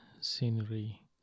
scenery